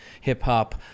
hip-hop